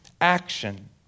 action